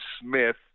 Smith